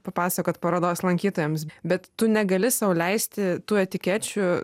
papasakot parodos lankytojams bet tu negali sau leisti tų etikečių